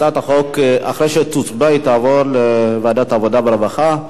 הצעת החוק אחרי שתוצבע תעבור לוועדת העבודה והרווחה.